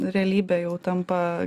realybė jau tampa